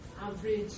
Average